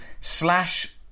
slash